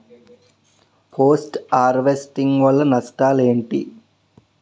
Post harvesting వల్ల నష్టాలు ఏంటి?